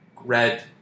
red